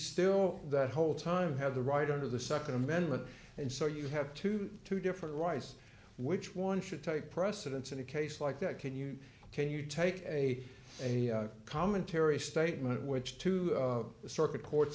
still that whole time have the right under the nd amendment and so you have to do two different rice which one should take precedence in a case like that can you can you take a a commentary statement which to the circuit cour